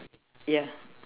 ya